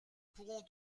pourrons